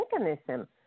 mechanism